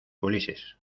ulises